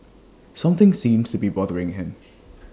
something seems to be bothering him